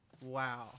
Wow